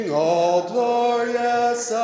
all-glorious